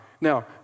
Now